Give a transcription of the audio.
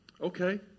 okay